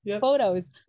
photos